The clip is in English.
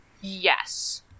Yes